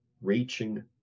Reaching